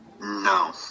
No